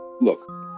Look